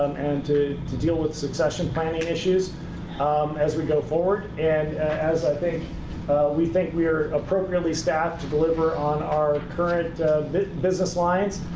and to to deal with succession planning issues um as we go forward. and we think we think we are appropriately staff to deliver on our current business lines.